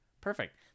Perfect